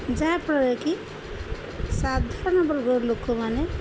ଯାହାଫଳରେ କି ସାଧାରଣ ବର୍ଗ ଲୋକମାନେ